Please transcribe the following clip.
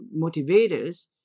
motivators